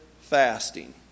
fasting